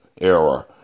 era